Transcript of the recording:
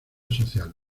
social